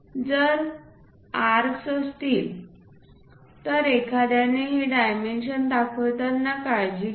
जर आर्क्स असतील तर एखाद्याने हे डायमेन्शन दाखवताना काळजी घ्यावी